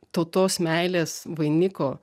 tautos meilės vainiko